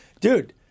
dude